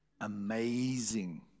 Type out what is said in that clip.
amazing